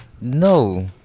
no